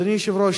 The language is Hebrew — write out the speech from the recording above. אדוני היושב-ראש,